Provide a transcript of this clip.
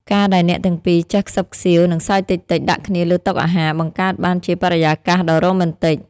ការដែលអ្នកទាំងពីរចេះខ្សឹបខ្សៀវ និងសើចតិចៗដាក់គ្នាលើតុអាហារ បង្កើតបានជាបរិយាកាសដ៏រ៉ូមែនទិក។